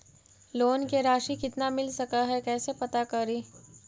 Loan के रासि कितना मिल सक है कैसे पता करी?